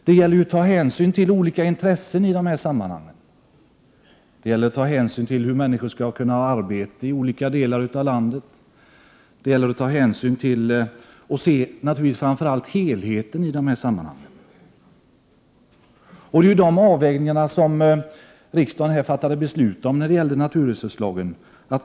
Det gäller att ta hänsyn till olika intressen, det gäller att ta hänsyn till hur människor skall kunna ha arbete i olika delar av landet, och det gäller naturligtvis framför allt att se till helheten i dessa sammanhang. Det är ju de avvägningarna som riksdagen fattade beslut om när det gäller naturresurslagen.